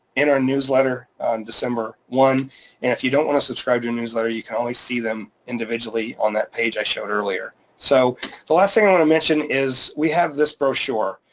in our newsletter on december one. and if you don't wanna subscribe to a newsletter, you can always see them individually on that page i showed earlier. so the last thing i wanna mention is we have this brochure.